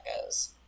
goes